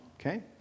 Okay